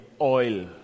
oil